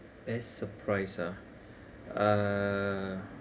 best surprise ah uh